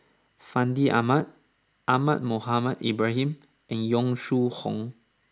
Fandi Ahmad Ahmad Mohamed Ibrahim and Yong Shu Hoong